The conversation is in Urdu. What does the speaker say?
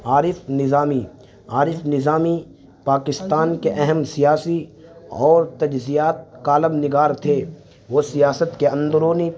عارف نظامی عارف نظامی پاکستان کے اہم سیاسی اور تجزیاتی کالم نگار تھے وہ سیاست کے اندرونی